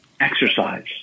Exercise